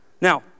Now